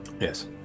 Yes